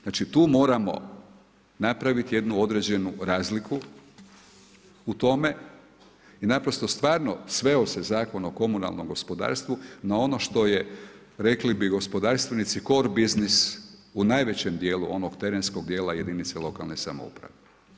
Znači tu moramo napraviti jednu određenu razliku u tome i naprosto stvarno sveo se Zakon o komunalnom gospodarstvu na ono što je rekli bi gospodarstvenici core bussiness u najvećem dijelu onog terenskog dijela jedinice lokalne samouprave.